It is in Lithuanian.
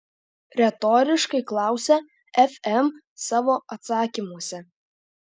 retoriškai klausia fm savo atsakymuose